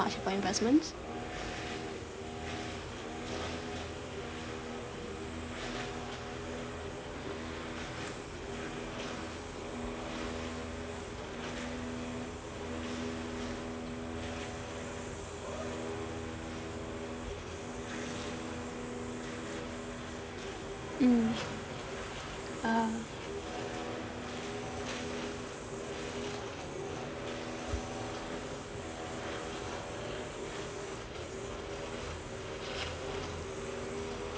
much about investments mm ah